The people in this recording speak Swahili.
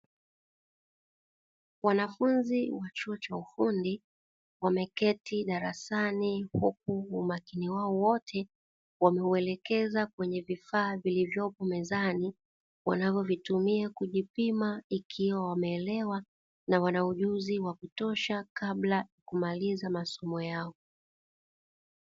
Wanafunzi wa chuo cha ufundi wameketi darasani huku umakini wao wote wameuelekeza kwenye vifaa vilivyopo mezani, wanavyo vitumia kujipima ikiwa wameelewa na wanaujuzi wa kutosha kabla ya kumaliza masomo yao.